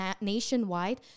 nationwide